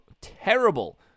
terrible